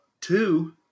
Two